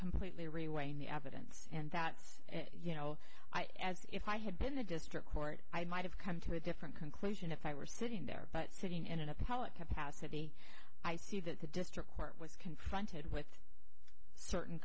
completely really weighing the evidence and that's you know if i had been the district court i might have come to a different conclusion if i were sitting there but sitting in an appellate capacity i see that the district court was confronted with certain